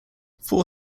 four